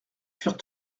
furent